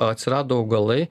atsirado augalai